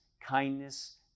kindness